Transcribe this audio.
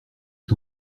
est